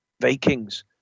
Vikings